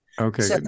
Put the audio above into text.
Okay